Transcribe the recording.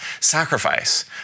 sacrifice